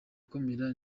komera